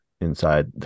inside